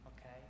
okay